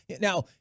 Now